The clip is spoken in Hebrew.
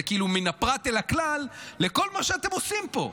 מן הפרט אל הכלל, לכל מה שאתם עושים פה.